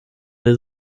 der